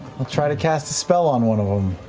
i'll try to cast a spell on one of them.